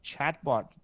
chatbot